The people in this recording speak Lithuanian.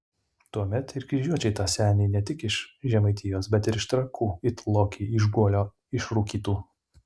tuomet ir kryžiuočiai tą senį ne tik iš žemaitijos bet ir iš trakų it lokį iš guolio išrūkytų